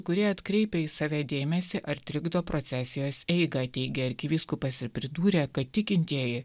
kurie atkreipia į save dėmesį ar trikdo procesijos eigą teigė arkivyskupas ir pridūrė kad tikintieji